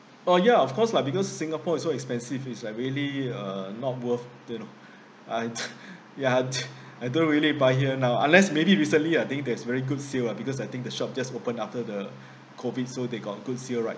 orh yeah of course lah because singapore is so expensive it's like really uh not worth you know I yeah I don't really buy here now unless maybe recently I think that's very good sale ah because I think the shop just open after the COVID so they got good sale right